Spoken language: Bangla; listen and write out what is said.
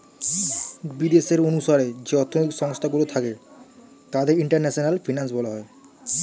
বিদেশের অনুসারে যে অর্থনৈতিক সংস্থা গুলো থাকে তাদের ইন্টারন্যাশনাল ফিনান্স বলা হয়